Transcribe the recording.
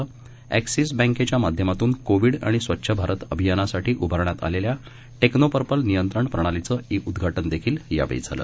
अॅक्सिसबँकेच्यामाध्यमातून कोविडआणिस्वच्छभारतअभियानासाठीउभारण्यातआलेल्याटेक्नोपर्प लनियंत्रणप्रणालीचंई उदघाटन देखील यावेळी झालं